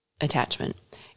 attachment